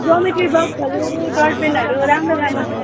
geometry बक्सहरू डटपेनहरू राम्रो राम्रो छ